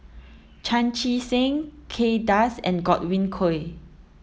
Chan Chee Seng Kay Das and Godwin Koay